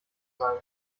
sein